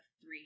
three